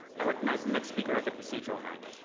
i recognize the next weeker at the procedural mic.